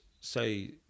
say